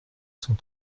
cent